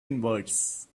inwards